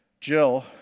Jill